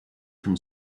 from